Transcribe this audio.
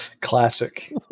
classic